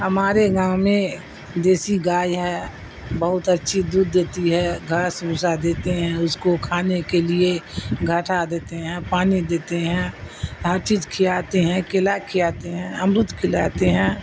ہمارے گاؤں میں دیسی گائے ہے بہت اچھی دودھ دیتی ہے گھاس بھسا دیتے ہیں اس کو کھانے کے لیے گھاتا دیتے ہیں پانی دیتے ہیں ہر چیز کھلاتے ہیں کیلا کھلاتے ہیں امرود کھلاتے ہیں